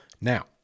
Now